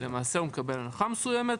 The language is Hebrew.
הוא מקבל הנחה מסוימת,